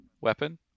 weapon